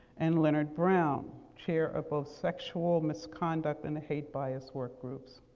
and leonard brown, chair of both sexual misconduct and hate bias work groups.